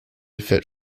fit